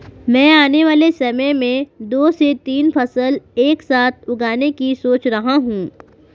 मैं आने वाले समय में दो से तीन फसल एक साथ उगाने की सोच रहा हूं